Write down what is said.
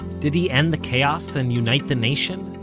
did he end the chaos and unite the nation?